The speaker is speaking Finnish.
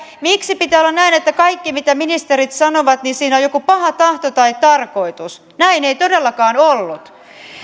miksi pitää olla näin että kaikessa mitä ministerit sanovat on joku paha tahto tai tarkoitus näin ei todellakaan ollut